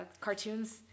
cartoons